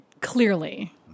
Clearly